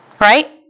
right